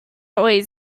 always